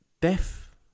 death